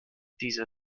diese